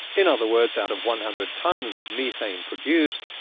in other words, out of one hundred tonnes of methane produced,